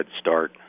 Start